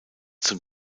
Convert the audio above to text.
zum